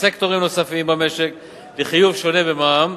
סקטורים נוספים במשק לחיוב שונה במע"מ,